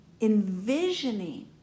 envisioning